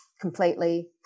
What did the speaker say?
completely